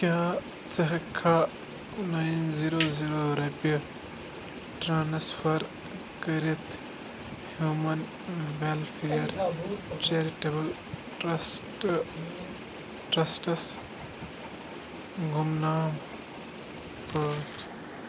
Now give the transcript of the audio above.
کیٛاہ ژٕ ہٮ۪ککھا نایِن زیٖرو زیٖرو رۄپیہِ ٹرٛانسفر کٔرِتھ ہیوٗمن ویٚلفِیَر چیرِٹیبٕل ٹرٛسٹ ٹرٛسٹَس گُمنام پٲٹھۍ